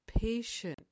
patient